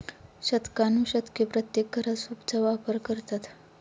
शतकानुशतके प्रत्येक घरात सूपचा वापर करतात